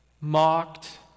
mocked